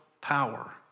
power